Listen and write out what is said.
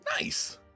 Nice